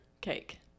cake